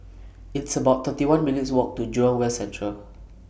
It's about thirty one minutes' Walk to Jurong West Central